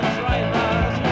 drivers